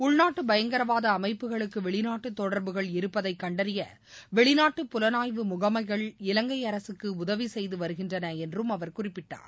உள்நாட்டு பயங்கரவாத அமைப்புகளுக்கு வெளிநாட்டு தொடர்புகள் இருப்பதை கண்டறிய வெளிநாட்டு புலனாய்வு முகமைகள் இலங்கை அரசுக்கு உதவி செய்து வருகின்றன என்றும் அவர் குறிப்பிட்டார்